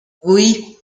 oui